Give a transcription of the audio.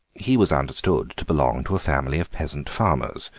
he was understood to belong to a family of peasant farmers,